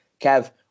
Kev